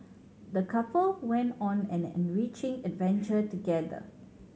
the couple went on an enriching adventure together